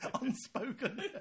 Unspoken